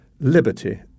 liberty